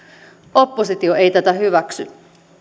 oppositio ei tätä hyväksy